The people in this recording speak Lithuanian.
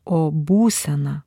o būseną